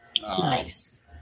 Nice